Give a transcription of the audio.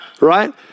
Right